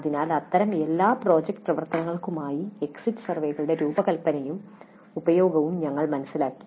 അതിനാൽ അത്തരം എല്ലാ പ്രോജക്റ്റ് പ്രവർത്തനങ്ങൾക്കുമായി എക്സിറ്റ് സർവേകളുടെ രൂപകൽപ്പനയും ഉപയോഗവും ഞങ്ങൾ മനസ്സിലാക്കി